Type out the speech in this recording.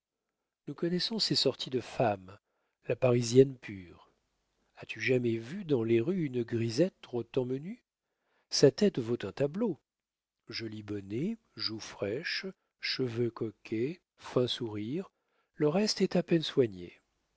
nous connaissons ces sortes de femmes la parisienne pure as-tu jamais vu dans les rues une grisette trottant menu sa tête vaut un tableau joli bonnet joues fraîches cheveux coquets fin sourire le reste est à peine soigné